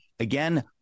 Again